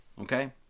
Okay